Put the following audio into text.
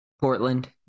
Portland